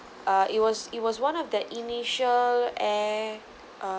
uh it was it was one of the initial air uh